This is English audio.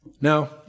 Now